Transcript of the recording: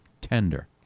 tender